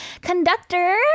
conductor